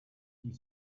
die